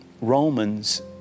Romans